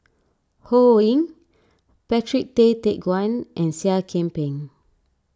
Ho Ying Patrick Tay Teck Guan and Seah Kian Peng